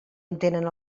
entenen